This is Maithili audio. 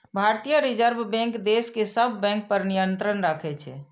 भारतीय रिजर्व बैंक देश के सब बैंक पर नियंत्रण राखै छै